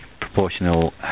proportional